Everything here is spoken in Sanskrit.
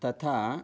तथा